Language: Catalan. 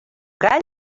gall